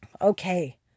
Okay